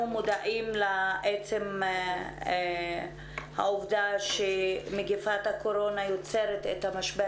כולנו מודעים לעצם העובדה שמגפת הקורונה יוצרת את המשבר